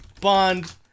bond